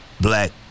black